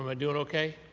um doing okay?